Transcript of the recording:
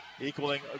equaling